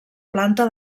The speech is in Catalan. planta